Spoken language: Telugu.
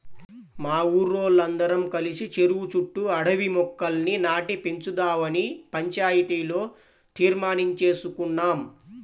మా ఊరోల్లందరం కలిసి చెరువు చుట్టూ అడవి మొక్కల్ని నాటి పెంచుదావని పంచాయతీలో తీర్మానించేసుకున్నాం